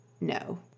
No